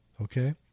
okay